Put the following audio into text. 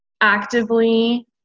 actively